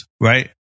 right